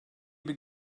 bir